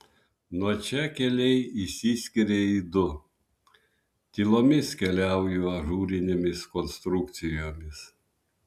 nuo čia keliai išsiskiria į du tylomis keliauju ažūrinėmis konstrukcijomis